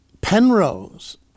Penrose